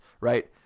right